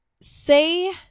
say